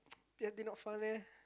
P_F_D not fun leh